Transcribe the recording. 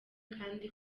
kandi